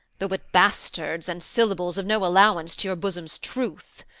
though but bastards and syllables of no allowance, to your bosom's truth.